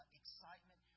excitement